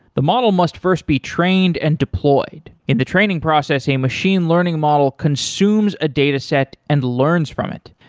the model must first be trained and deployed. in the training process, a machine learning model consumes a data set and learns from it.